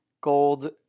Gold